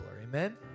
Amen